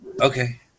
Okay